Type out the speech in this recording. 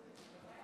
אופיר